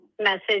message